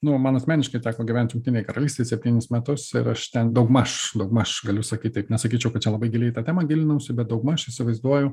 nu mano asmeniškai teko gyvent jungtinėj karalystėj septynis metus ir aš ten daugmaž daugmaž galiu sakyt taip nesakyčiau kad čia labai giliai į tą temą gilinausi bet daugmaž įsivaizduoju